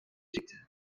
çekti